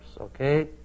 Okay